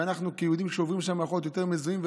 ואנחנו כיהודים שעוברים שם יותר מזוהים,